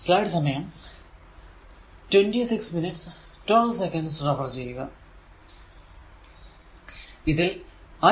ഇതിൽ I12 എന്നത് 4 ampere ആണ്